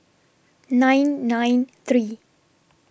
nine nine three